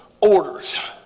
orders